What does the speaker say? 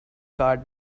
card